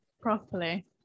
properly